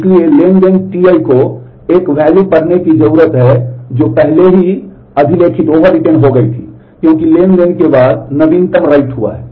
इसलिए transaction Ti को एक मूल्य हो गई थी क्योंकि ट्रांज़ैक्शन के बाद नवीनतम write हुआ है